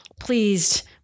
pleased